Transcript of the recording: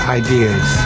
ideas